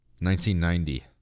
1990